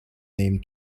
name